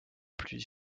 plus